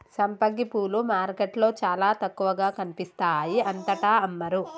సంపంగి పూలు మార్కెట్లో చాల తక్కువగా కనిపిస్తాయి అంతటా అమ్మరు